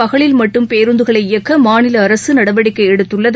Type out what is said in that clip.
பகலில் மட்டும் பேருந்துகளை இயக்க மாநில அரசு நடவடிக்கை எடுத்துள்ளது